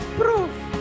proof